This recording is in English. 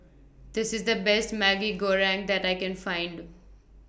This IS The Best Maggi Goreng that I Can Find